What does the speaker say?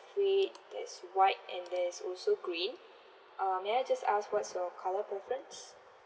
red there's white and there's also green uh may I just ask what's your colour preference